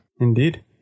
Indeed